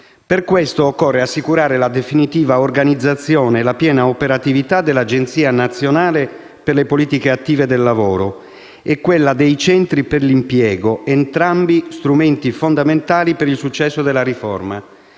Per questo occorre assicurare la definitiva organizzazione e la piena operatività dell'Agenzia nazionale per le politiche attive del lavoro (ANPAL) e quella dei centri per l'impiego, entrambi strumenti fondamentali per il successo della riforma.